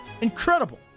Incredible